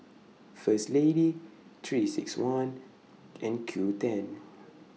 First Lady three six one and Qoo ten